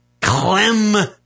Clem